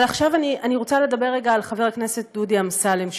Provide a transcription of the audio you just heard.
אבל עכשיו אני רוצה לדבר על חבר הכנסת דודי אמסלם,